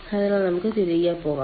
അതിനാൽ നമുക്ക് തിരികെ പോകാം